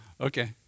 Okay